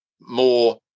more